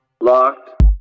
Locked